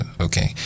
okay